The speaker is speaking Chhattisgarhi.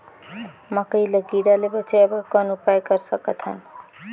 मकई ल कीड़ा ले बचाय बर कौन उपाय कर सकत हन?